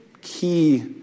key